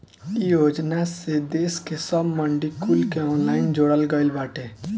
इ योजना से देस के सब मंडी कुल के ऑनलाइन जोड़ल गईल बाटे